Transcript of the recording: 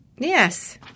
Yes